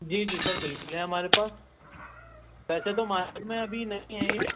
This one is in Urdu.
جی جی سر بالکل ہے ہمارے پاس ویسے تو مارکیٹ میں ابھی نہیں ہے یہ